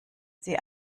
sie